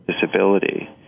disability